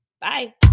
Bye